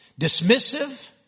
dismissive